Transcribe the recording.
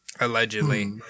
allegedly